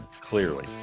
clearly